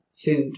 food